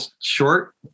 short